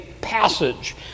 passage